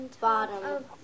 bottom